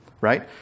right